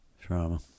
trauma